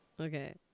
Okay